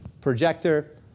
projector